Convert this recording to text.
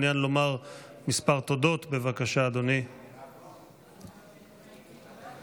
אני קובע כי הצעת חוק לדחיית הבחירות